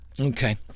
Okay